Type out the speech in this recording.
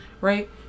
right